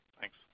Thanks